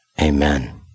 Amen